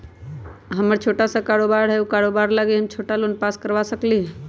हमर छोटा सा कारोबार है उ कारोबार लागी हम छोटा लोन पास करवा सकली ह?